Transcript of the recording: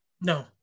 no